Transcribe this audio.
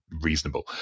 reasonable